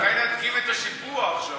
אולי נדגים את השיפוע עכשיו?